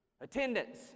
Attendance